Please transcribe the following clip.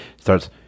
starts